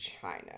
china